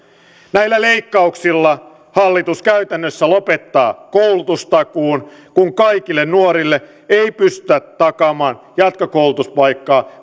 näillä leikkauksilla hallitus käytännössä lopettaa koulutustakuun kun kaikille nuorille ei pystytä takaamaan jatkokoulutuspaikkaa